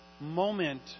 moment